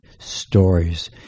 stories